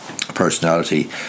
personality